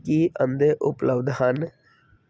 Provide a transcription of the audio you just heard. ਕੀ ਅੰਡੇ ਉਪਲੱਬਧ ਹਨ